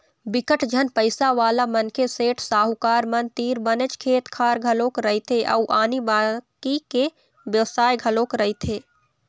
बिकट झन पइसावाला मनखे, सेठ, साहूकार मन तीर बनेच खेत खार घलोक रहिथे अउ आनी बाकी के बेवसाय घलोक करथे